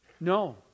No